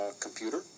computer